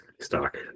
stock